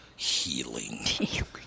Healing